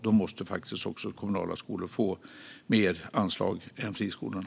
Då måste kommunala skolor faktiskt också få mer anslag än friskolorna.